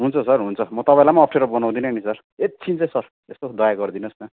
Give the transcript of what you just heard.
हुन्छ सर हुन्छ म तपाईँलाई पनि अप्ठ्यारो बनाउदिनँ न नि सर एकछिन चााहिँ सर यसो दया गरिदिनुहोस् न